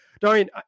Darian